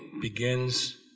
begins